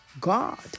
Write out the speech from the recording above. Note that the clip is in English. God